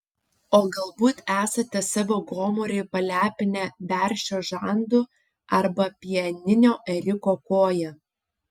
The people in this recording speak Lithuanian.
o galbūt esate savo gomurį palepinę veršio žandu arba pieninio ėriuko koja